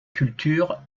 culture